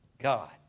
God